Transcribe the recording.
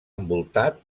envoltat